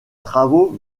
travaux